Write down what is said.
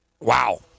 Wow